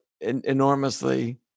enormously